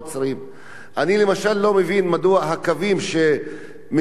אני למשל לא מבין מדוע הקווים שמשרתים בין